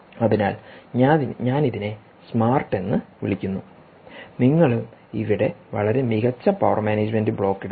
അതിനാൽ ഞാൻ ഇതിനെ സ്മാർട്ട് എന്ന് വിളിക്കുന്നു നിങ്ങളും ഇവിടെ വളരെ മികച്ച പവർ മാനേജുമെന്റ് ബ്ലോക്ക് ഇടുക